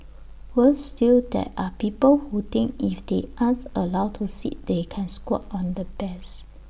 worse still there are people who think if they aren't allowed to sit they can squat on the bears